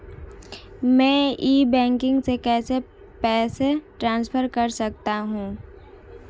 मैं e banking से पैसे कैसे ट्रांसफर कर सकता हूं?